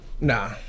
Nah